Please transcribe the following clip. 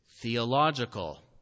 theological